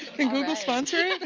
can google sponsor?